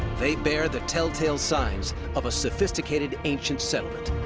they bear the telltale signs of a sophisticated ancient settlement.